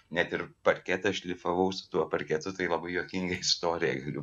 net ir parketą šlifavau su tuo parketu tai labai juokinga istorija galiu